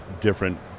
different